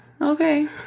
Okay